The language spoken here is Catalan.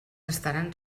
estaran